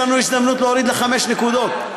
יש לנו הזדמנות להוריד לחמש נקודות.